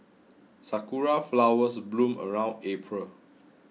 sakura flowers bloom around April